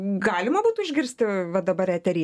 galima būtų išgirsti va dabar eteryje